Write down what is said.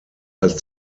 als